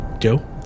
Joe